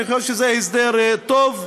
אני חושב שזה הסדר טוב ומבורך.